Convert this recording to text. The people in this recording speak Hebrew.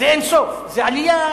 זה אין-סוף, זה עלייה